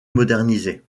modernisée